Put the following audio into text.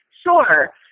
Sure